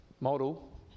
model